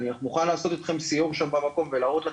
אני מוכן לעשות איתכם סיור שם במקום ולהראות לכם,